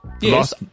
Yes